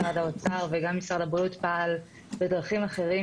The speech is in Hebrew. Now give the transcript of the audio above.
משרד האוצר וגם משרד הבריאות פעלו בדרכים אחרות